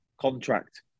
contract